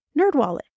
Nerdwallet